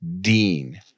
Dean